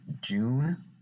June